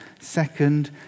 second